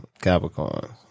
Capricorn